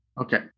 Okay